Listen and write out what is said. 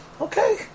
Okay